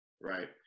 right